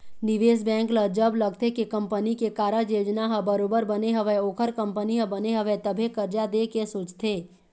निवेश बेंक ल जब लगथे के कंपनी के कारज योजना ह बरोबर बने हवय ओखर कंपनी ह बने हवय तभे करजा देय के सोचथे